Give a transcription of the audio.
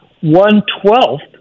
one-twelfth